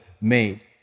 made